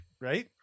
right